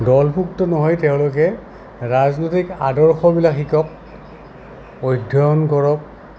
দলভুক্ত নহয় তেওঁলোকে ৰাজনৈতিক আদৰ্শবিলাক শিকক অধ্যয়ন কৰক